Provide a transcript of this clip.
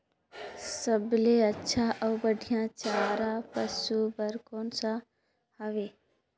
सबले अच्छा अउ बढ़िया चारा पशु बर कोन सा हवय?